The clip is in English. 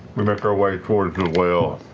we make our way towards the well.